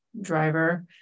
driver